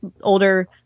older